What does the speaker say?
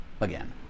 again